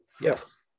Yes